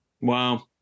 Wow